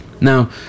Now